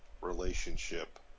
relationship